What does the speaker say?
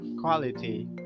quality